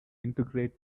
integrate